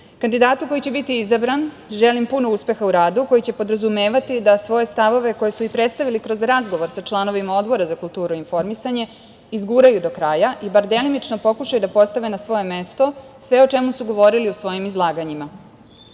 skupštine. Kandidatu koji će biti izabran želim puno uspeha u radu koji će podrazumevati da svoje stavove koji su i predstavili kroz razgovor sa članovima Odbora za kulturu i informisanje izguraju do kraja i bar delimično pokušaju da postave na svoje mesto sve o čemu su govorili u svojim izlaganjima. Jedan